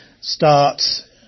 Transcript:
starts